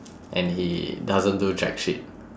and he doesn't do jack shit